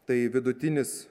tai vidutinis